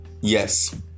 yes